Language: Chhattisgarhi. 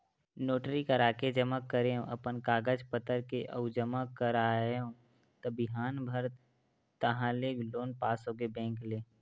नोटरी कराके जमा करेंव अपन कागज पतर के अउ जमा कराएव त बिहान भर ताहले लोन पास होगे बेंक ले